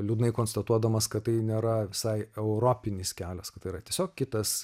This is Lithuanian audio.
liūdnai konstatuodamas kad tai nėra visai europinis kelias kad tai yra tiesiog kitas